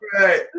right